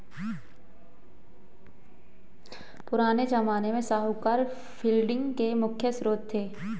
पुराने ज़माने में साहूकार फंडिंग के मुख्य श्रोत थे